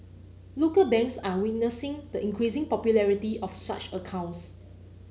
local banks are witnessing the increasing popularity of such accounts